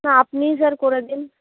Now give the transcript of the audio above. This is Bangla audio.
না আপনিই স্যার করে দিন